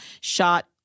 shot